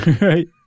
right